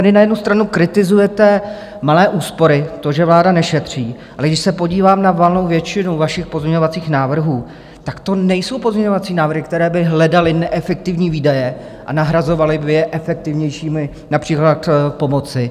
Vy tady na jednu stranu kritizujete malé úspory, to, že vláda nešetří, ale když se podívám na valnou většinu vašich pozměňovacích návrhů, tak to nejsou pozměňovací návrhy, které by hledaly neefektivní výdaje a nahrazovaly by je efektivnějšími, například pomocí.